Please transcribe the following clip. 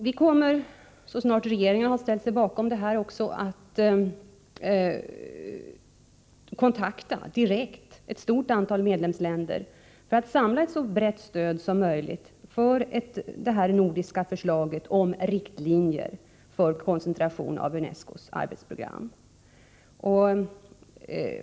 Vi kommer, så snart regeringen har ställt sig bakom detta, också att kontakta direkt ett stort antal medlemsländer för att samla ett så brett stöd som möjligt för det här nordiska förslaget om riktlinjer för koncentration av UNESCO:s arbetsprogram.